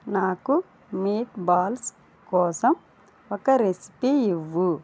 నాకు meatballs కోసం ఒక రెసిపీ ఇవ్వు